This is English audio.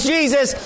Jesus